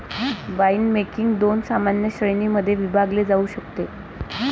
winemaking दोन सामान्य श्रेणीं मध्ये विभागले जाऊ शकते